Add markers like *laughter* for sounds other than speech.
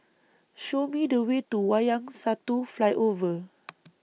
Show Me The Way to Wayang Satu Flyover *noise*